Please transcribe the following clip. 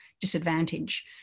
disadvantage